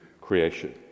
creation